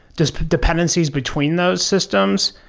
just dependencies between those systems.